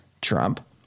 Trump